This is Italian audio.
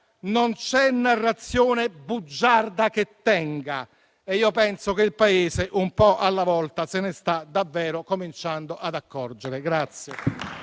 non c'è narrazione bugiarda che tenga e penso che il Paese, un po' alla volta, se ne stia davvero cominciando ad accorgere.